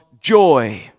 joy